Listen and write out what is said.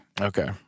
Okay